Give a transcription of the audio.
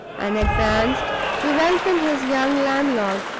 and advanced to welcome his young landlord,